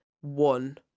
one